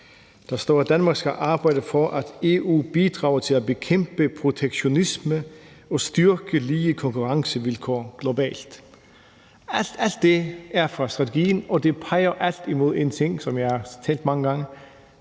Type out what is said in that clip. Der står, at Danmark skal arbejde for, at EU bidrager til at bekæmpe protektionisme og styrke lige konkurrencevilkår globalt. Alt det er fra strategien, og det peger alt sammen imod en ting, som jeg har tænkt mange gange,